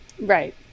right